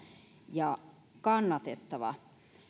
ja kannatettava